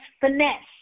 finesse